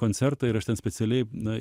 koncertą ir aš ten specialiai na